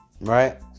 right